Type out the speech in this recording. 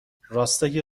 راسته